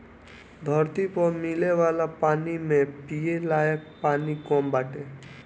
धरती पअ मिले वाला पानी में पिये लायक पानी कम बाटे